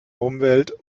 umwelt